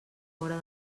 vora